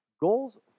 Goals